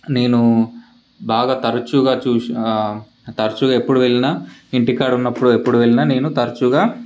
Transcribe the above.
నేను బాగా తరచుగా చూసిన తరచుగా ఎప్పుడు వెళ్ళినా ఇంటికాడ ఉన్నప్పుడు ఎప్పుడు వెళ్ళినా నేను తరచుగా